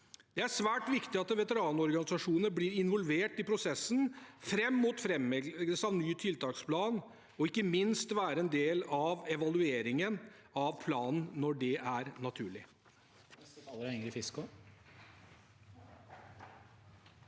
Det er svært viktig at veteranorganisasjonene blir involvert i prosessen fram mot framleggelse av ny tiltaksplan, og ikke minst at de skal være en del av evalueringen av planen, når det er naturlig.